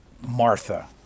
Martha